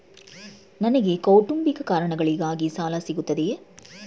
ನನಗೆ ಕೌಟುಂಬಿಕ ಕಾರಣಗಳಿಗಾಗಿ ಸಾಲ ಸಿಗುತ್ತದೆಯೇ?